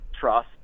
trust